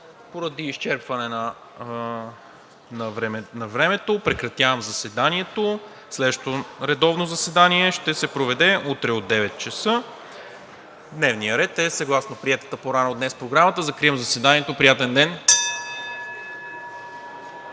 Поради изчерпване на времето прекратявам заседанието. Следващото редовно заседание ще се проведе утре от 9,00 ч. Дневният ред е съгласно приетата по-рано днес Програма. Закривам заседанието, приятен ден!